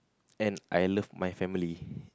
and I love my family